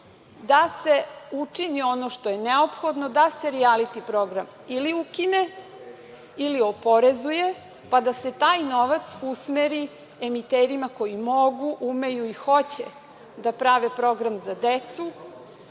da se učini ono što je neophodno da se rijaliti program ili ukine ili oporezuje, pa da se taj novac usmeri emiterima koji mogu, umeju i hoće da prave program za decu,